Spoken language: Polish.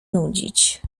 nudzić